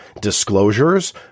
disclosures